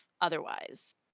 otherwise